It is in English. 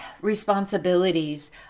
responsibilities